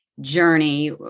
journey